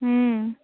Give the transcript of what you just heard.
ಹ್ಞೂ